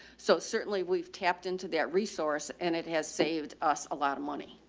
so certainly we've tapped into that resource and it has saved us a lot of money.